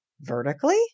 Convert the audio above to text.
vertically